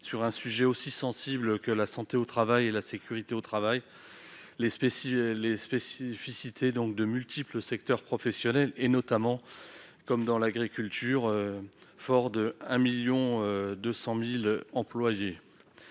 sur un sujet aussi sensible que la santé et la sécurité au travail, les spécificités de multiples secteurs professionnels, notamment l'agriculture, forte de 1,2 million d'employés.